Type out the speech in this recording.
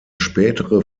spätere